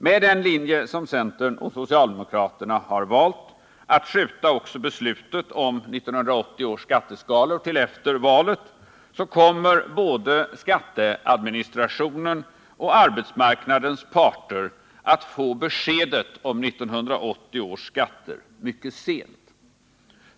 Med centerns och socialdemokraternas linje — att skjuta även beslutet om 1980 års skatteskalor till efter valet — kommer både skatteadministrationen och arbetsmarknadens parter att få beskedet om 1980 års skatter mycket sent.